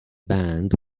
band